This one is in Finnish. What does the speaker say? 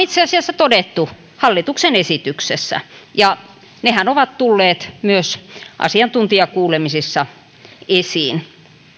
itse asiassa todettu hallituksen esityksessä nehän ovat tulleet myös asiantuntijakuulemisissa esiin